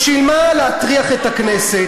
בשביל מה להטריח את הכנסת?